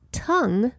tongue